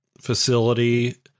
facility